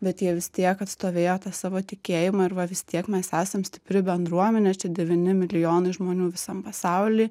bet jie vis tiek atstovėjo tą savo tikėjimą ir va vis tiek mes esam stipri bendruomenė čia devyni milijonai žmonių visam pasauly